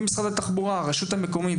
משרד התחבורה והרשות המקומית,